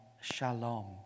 shalom